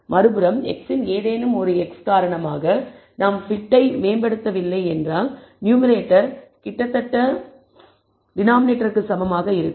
மறுபுறம் x's இன் ஏதேனும் x இன் காரணமாக நாம் fit ஐ மேம்படுத்தவில்லை என்றால் நியூமேரேட்டர் கிட்டத்தட்ட டினாமினேட்டரிற்கு சமமாக இருக்கும்